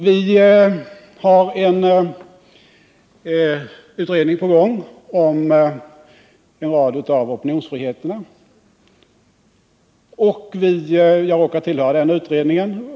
Vi har en utredning på gång om en rad av opinionsfriheterna. Jag råkar tillhöra den utredningen.